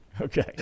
Okay